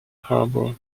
harbour